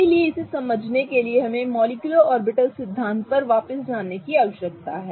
इसलिए इसे समझने के लिए हमें मॉलिक्युलर ऑर्बिटल सिद्धांत पर वापस जाने की आवश्यकता है